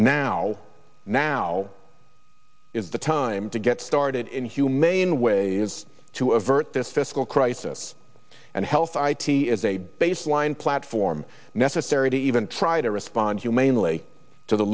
now now is the time to get started in humane ways to avert this fiscal crisis and health i t as a baseline platform necessary to even try to respond humanely to the